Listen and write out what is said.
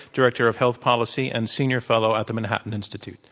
director of health policy and senior fellow at the manhattan institute.